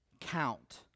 count